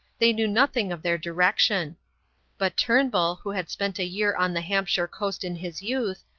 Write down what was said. they knew nothing of their direction but turnbull, who had spent a year on the hampshire coast in his youth,